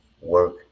work